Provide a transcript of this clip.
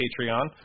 Patreon